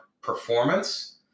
performance